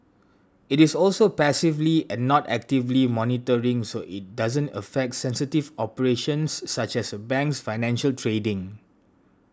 it is also passively and not actively monitoring so it doesn't affect sensitive operations such as a bank's financial trading